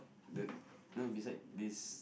the you know besides this